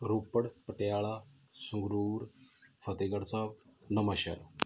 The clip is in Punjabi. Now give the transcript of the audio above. ਰੋਪੜ ਪਟਿਆਲਾ ਸੰਗਰੂਰ ਫਤਿਹਗੜ੍ਹ ਸਾਹਿਬ ਨਵਾਂਸ਼ਹਿਰ